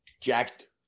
jacked